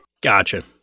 Gotcha